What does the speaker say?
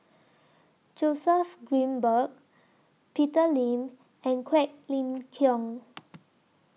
Joseph Grimberg Peter Lim and Quek Ling Kiong